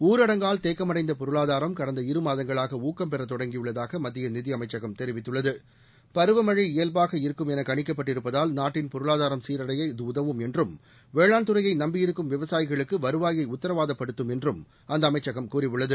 ஊரடங்கால் தேக்கமடைந்த பொருளாதாரம் கடந்த இரு மாதங்களாக ஊக்கம் பெறத் தொடங்கியுள்ளதாக மத்திய நிதியமைச்சகம் தெரிவித்துள்ளது பருவமழை இயல்பாக இருக்கும் என கணிக்கப்பட்டிருப்பதால் நாட்டின் பொருளாதாரம் சீரடைய உதவும் என்றும் வேளாண் துறையை நம்பியிருக்கும் விவசாயிகளுக்கு வருவாயை அது உத்தரவாதப்படுத்தும் என்றும் அந்த அமைச்சகம் கூறியுள்ளது